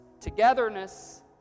togetherness